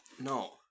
no